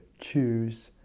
choose